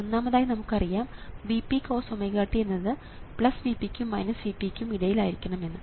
ഒന്നാമതായി നമുക്കറിയാം Vp cost എന്നത് Vp ക്കും Vp ക്കും ഇടയിൽ ആയിരിക്കുമെന്ന്